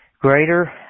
Greater